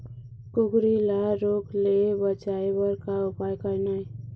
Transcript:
कुकरी ला रोग ले बचाए बर का उपाय करना ये?